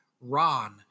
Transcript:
Ron